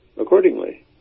accordingly